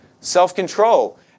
Self-control